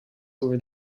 over